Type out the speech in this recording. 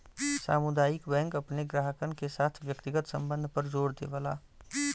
सामुदायिक बैंक अपने ग्राहकन के साथ व्यक्तिगत संबध पर जोर देवला